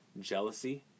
jealousy